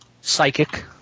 psychic